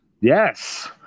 Yes